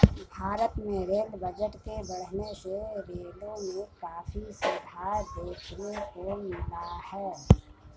भारत में rail budget के बढ़ने से रेलों में काफी सुधार देखने को मिला है